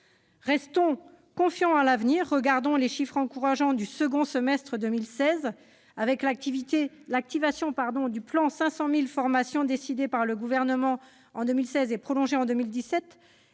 Restons confiants en l'avenir. Regardons les chiffres encourageants du second semestre 2016. L'activation du plan « 500 000 formations supplémentaires » décidé par le Gouvernement en 2016 et prolongé en 2017